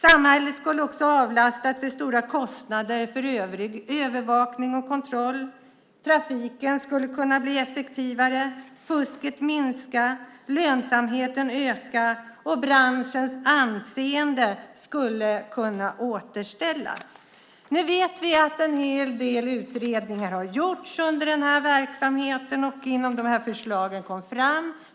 Samhället skulle också avlastas stora kostnader för övrig övervakning och kontroll. Trafiken skulle kunna bli effektivare, fusket skulle kunna minska, lönsamheten skulle kunna öka, och branschens anseende skulle kunna återställas. Nu vet vi att en hel del utredningar har gjorts när det gäller denna verksamhet och att en del förslag har kommit fram.